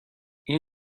این